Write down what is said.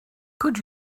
could